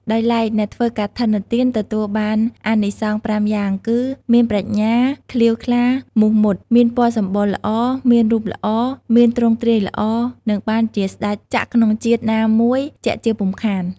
ដោយឡែកអ្នកធ្វើកឋិនទានទទួលបានអានិសង្ស៥យ៉ាងគឺ មានប្រាជ្ញាក្លៀវក្លាមុះមុត មានពណ៌សម្បុរល្អ មានរូបល្អ មានទ្រង់ទ្រាយល្អ នឹងបានជាស្តេចចក្រក្នុងជាតិណាមួយជាក់ជាពុំខាន។